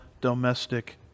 domestic